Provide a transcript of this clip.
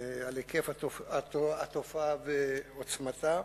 על היקף התופעה ועוצמתה,